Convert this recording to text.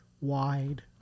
wide